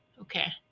Okay